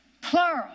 Plural